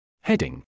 Heading